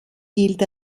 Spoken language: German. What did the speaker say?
gilt